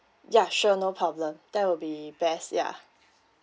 yeah sure no problem that will be best yeah